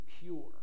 pure